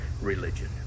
religion